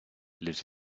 lives